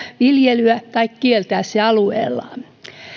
viljelyä tai kieltää se alueellaan